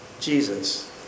Jesus